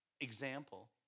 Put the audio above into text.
example